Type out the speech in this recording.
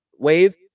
Wave